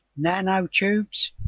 nanotubes